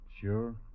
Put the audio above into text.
Sure